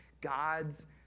God's